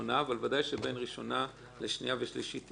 אבל ודאי שבין ראשונה לשנייה ושלישית יהיה דיון.